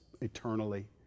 eternally